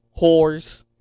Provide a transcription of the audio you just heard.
Whores